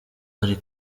ari